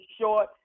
short